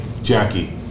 Jackie